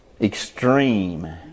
Extreme